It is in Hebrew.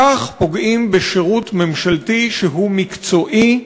כך פוגעים בשירות ממשלתי, שהוא מקצועי,